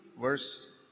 verse